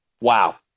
wow